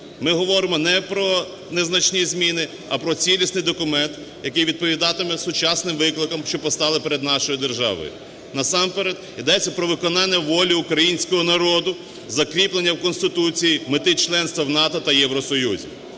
Ми говоримо не про незначні зміни, а про цілісний документ, який відповідатиме сучасним викликам, що постали перед нашою державою. Насамперед йдеться про виконання волі українського народу: закріплення в Конституції мети членства в НАТО та Євросоюзу.